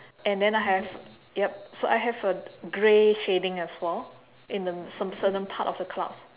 and then I have yup so I have a grey shading as well in the some certain part of the clouds